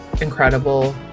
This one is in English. incredible